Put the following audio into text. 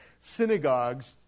synagogues